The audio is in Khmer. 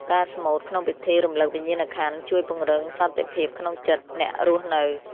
ការស្មូតក្នុងពិធីរំលឹកវិញ្ញាណក្ខន្ធ ជួយពង្រឹងសន្តិភាពក្នុងចិត្តអ្នករស់នៅ។